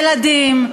ילדים,